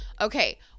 Okay